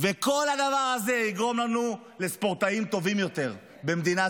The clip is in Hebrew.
כל הדבר הזה יגרום לנו לספורטאים טובים יותר במדינת